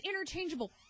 interchangeable